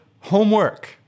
homework